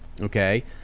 okay